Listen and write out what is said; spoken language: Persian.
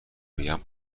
بگم